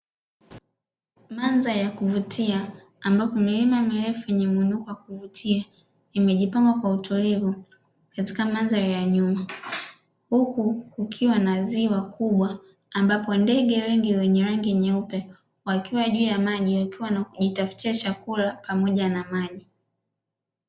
Mandhari ya kuvutia ambapo milima mirefu yenye mwinuko wa kuvutia imejipanga kwa utulivu katika mandhari ya nyuma; huku kukiwa na ziwa kubwa ambapo ndege wengi wenye rangi nyeupe wakiwa juu ya maji, wakiwa wanajitafutia chakula pamoja na maji.